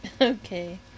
Okay